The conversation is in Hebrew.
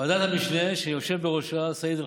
ועדת המשנה שיושב בראשה סעיד אלחרומי.